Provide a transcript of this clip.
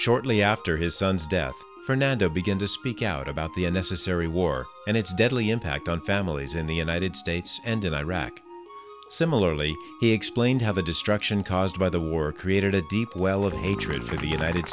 shortly after his son's death fernando begin to speak out about the a necessary war and its deadly impact on families in the united states and in iraq similarly he explained how the destruction caused by the war created a deep well of hatred for the united